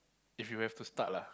if you have to start lah